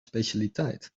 specialiteit